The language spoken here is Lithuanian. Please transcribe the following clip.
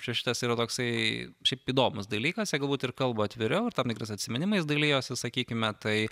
čia šitas yra toksai šiaip įdomus dalykas jie galbūt ir kalba atviriau ir tam tikrais atsiminimais dalijosi sakykime tai